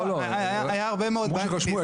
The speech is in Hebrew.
לא, לא, אמרו שרשמו.